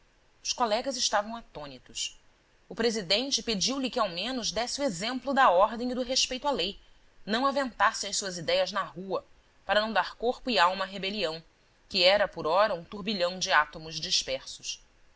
os colegas estavam atônitos o presidente pediulhe que ao menos desse o exemplo da ordem e do respeito à lei não aventasse as suas idéias na rua para não dar corpo e alma à rebelião que era por ora um turbilhão de átomos dispersos